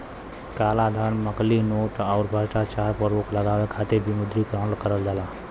कालाधन, नकली नोट, आउर भ्रष्टाचार पर रोक लगावे खातिर विमुद्रीकरण करल जाला